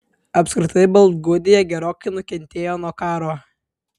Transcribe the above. apskritai baltgudija gerokai nukentėjo nuo karo